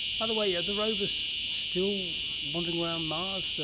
by the way, are the rovers still wandering around mars,